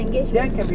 engage in